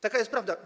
Taka jest prawda.